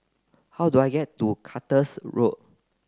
how do I get to Cactus Road